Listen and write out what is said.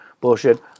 Bullshit